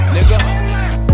Nigga